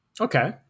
Okay